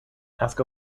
ask